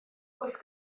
oes